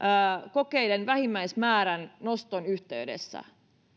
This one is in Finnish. kokeiden vähimmäismäärän noston yhteydessä